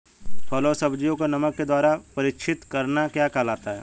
फलों व सब्जियों को नमक के द्वारा परीक्षित करना क्या कहलाता है?